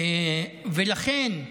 ולכן,